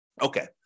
Okay